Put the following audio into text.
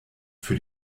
für